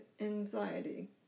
anxiety